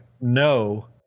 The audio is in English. no